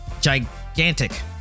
Gigantic